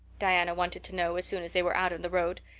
diana wanted to know, as soon as they were out on the road.